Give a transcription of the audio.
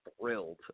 thrilled